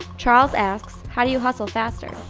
charles asks, how do you hustle faster?